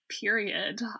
period